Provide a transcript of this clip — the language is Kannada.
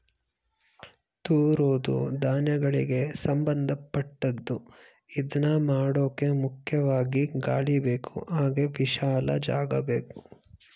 ತೂರೋದೂ ಧಾನ್ಯಗಳಿಗೆ ಸಂಭಂದಪಟ್ಟದ್ದು ಇದ್ನಮಾಡೋಕೆ ಮುಖ್ಯವಾಗಿ ಗಾಳಿಬೇಕು ಹಾಗೆ ವಿಶಾಲ ಜಾಗಬೇಕು